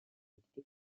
été